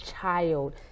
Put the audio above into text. child